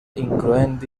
incloent